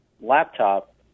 laptop